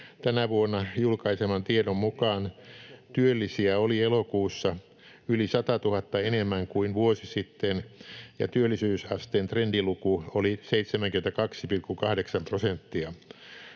tänä vuonna julkaiseman tiedon mukaan työllisiä oli elokuussa yli 100 000 enemmän kuin vuosi sitten ja työllisyysasteen trendiluku oli 72,8 prosenttia.